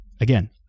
Again